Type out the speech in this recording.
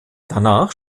danach